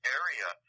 area